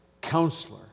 counselor